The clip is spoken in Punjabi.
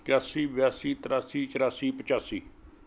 ਇਕਾਸੀ ਬਿਆਸੀ ਤਿਰਾਸੀ ਚੌਰਾਸੀ ਪਚਾਸੀ